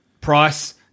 Price